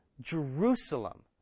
Jerusalem